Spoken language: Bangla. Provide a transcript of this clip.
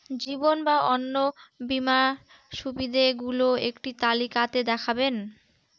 জীবন বা অন্ন বীমার সুবিধে গুলো একটি তালিকা তে দেখাবেন?